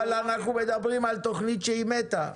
אבל אנחנו מדברים על תוכנית שמתה,